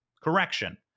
Correction